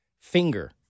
finger